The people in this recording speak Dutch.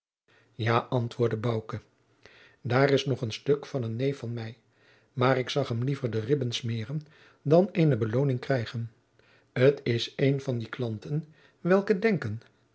ja antwoordde bouke daar is nog een stuk van een neef van mij maar ik zag hem liever de ribben smeeren dan eene belooning krijgen t is jacob van lennep de pleegzoon een van die klanten welke denken